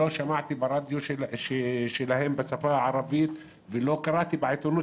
לא שמעתי ברדיו שלהם בשפה הערבית ולא קראתי בעיתונות